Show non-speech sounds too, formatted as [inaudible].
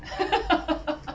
[laughs]